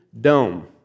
dome